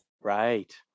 Right